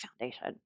foundation